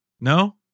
No